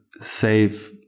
save